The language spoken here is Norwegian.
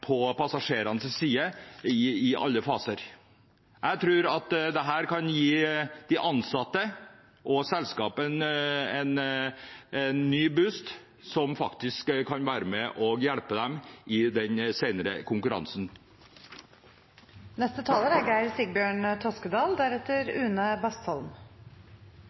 passasjerenes side i alle faser. Jeg tror at dette kan gi de ansatte og selskapet en ny boost, som faktisk kan være med og hjelpe dem i konkurransen senere. Forslagene fra Arbeiderpartiet og Rødt er